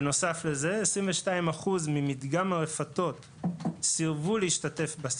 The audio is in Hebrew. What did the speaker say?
בנוסף לזה, 22% ממדגם הרפתות סירבו להשתתף בסקר.